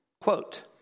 quote